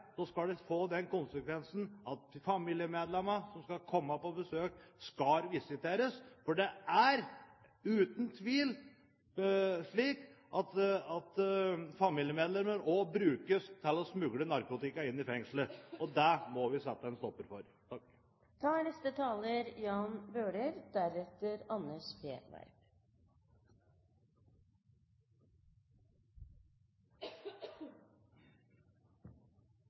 skal det få den konsekvensen at familiemedlemmer som kommer på besøk, skal visiteres. For det er uten tvil slik at familiemedlemmer også brukes til å smugle narkotika inn i fengslet. Og det må vi sette en stopper for.